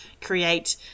create